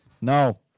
No